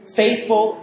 faithful